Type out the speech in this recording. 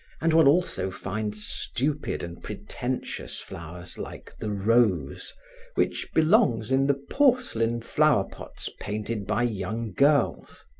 and one also finds stupid and pretentious flowers like the rose which belongs in the porcelain flowerpots painted by young girls.